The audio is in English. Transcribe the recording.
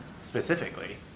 specifically